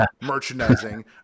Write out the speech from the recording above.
merchandising